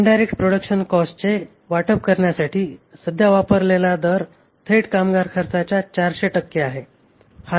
indirect production कॉस्टचे वाटप करण्यासाठी सध्या वापरलेला दर थेट कामगार खर्चाच्या 400 टक्के आहे